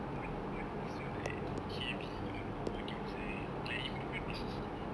polytechnic polytechnic is so like heavy on the modules right like even though the C_C_A